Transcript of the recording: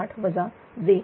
0115228 j 0